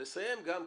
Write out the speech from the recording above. ולסיים גם,